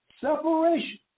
separation